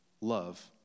love